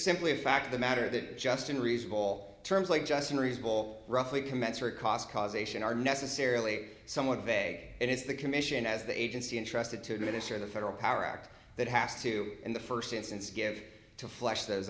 simply a fact of the matter that just in reserve all terms like just unreasonable roughly commensurate cost causation are necessarily somewhat vague and it's the commission as the agency entrusted to administer the federal power act that has to in the first instance give to flush those